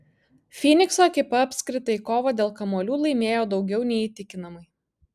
fynikso ekipa apskritai kovą dėl kamuolių laimėjo daugiau nei įtikinamai